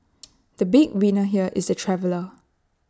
the big winner here is the traveller